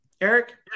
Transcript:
Eric